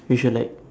we should like